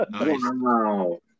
Wow